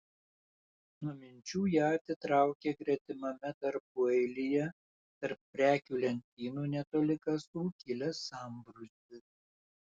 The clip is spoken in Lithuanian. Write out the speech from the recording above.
nuo minčių ją atitraukė gretimame tarpueilyje tarp prekių lentynų netoli kasų kilęs sambrūzdis